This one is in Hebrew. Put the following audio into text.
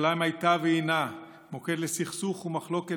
ירושלים הייתה והינה מוקד לסכסוך ומחלוקת